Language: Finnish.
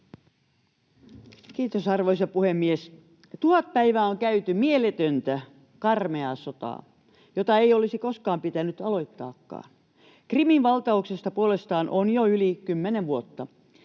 Kiitos, arvoisa puhemies! Tuhat päivää on käyty mieletöntä, karmeaa sota, jota ei olisi koskaan pitänyt aloittaakaan. Krimin valtauksesta puolestaan on jo yli kymmenen vuotta.